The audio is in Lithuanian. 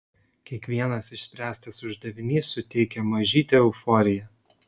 kiekvienas išspręstas uždavinys suteikia mažytę euforiją